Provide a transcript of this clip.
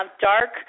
dark